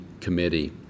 committee